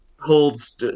holds